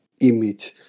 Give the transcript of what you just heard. image